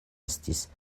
estis